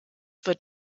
wird